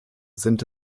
sind